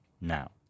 now